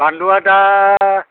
बानलुआ दा